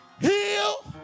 heal